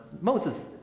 Moses